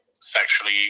sexually